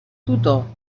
tutor